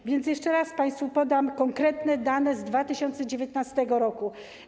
A więc jeszcze raz państwu podam konkretne dane z 2019 r.